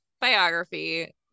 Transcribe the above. biography